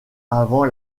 avant